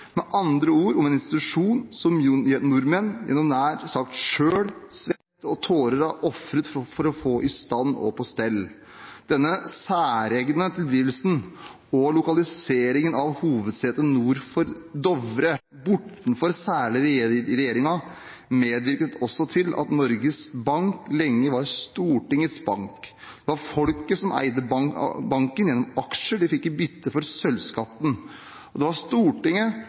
med andre ord om en institusjon som nordmenn selv, gjennom nær sagt å ofre svette og tårer, har fått i stand og på stell. Denne særegne tilblivelsen og lokaliseringen av hovedsetet nord for Dovre, bortenfor særlig regjeringen, medvirket også til at Norges Bank lenge var Stortingets bank. Det var folket som eide banken gjennom aksjer de fikk i bytte for sølvskatten, og det var Stortinget